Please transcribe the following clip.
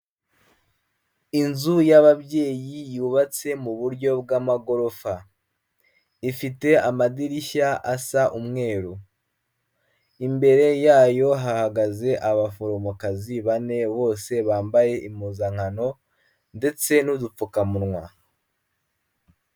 Inzu yab'ababyeyi yubatse mu buryo bw'amagorofa, ifite amadirishya asa umweru, imbere yayo hahagaze abaforomokazi bane bose bambaye impuzankano ndetse n'udupfukamunwa.